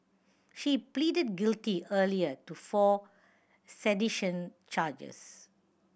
she pleaded guilty earlier to four sedition charges